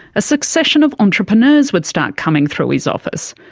a succession of entrepreneurs would start coming through his office.